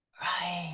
Right